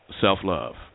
self-love